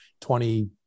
20